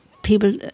People